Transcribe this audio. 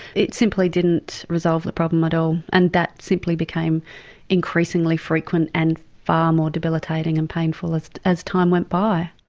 it simply didn't resolve the problem at all and that simply became increasingly frequent and far more debilitating and painful as as time went by.